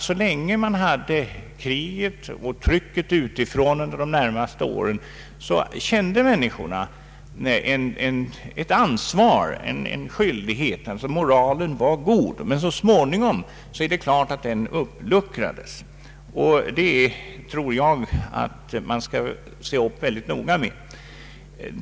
Så länge det var krig och människor kände trycket utifrån så hade människorna ett ansvar, dvs. moralen var god. Så småningom är det klart att den uppluckrades. Det är något jag tror att man skall se upp mycket noga med.